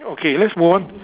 okay let's move on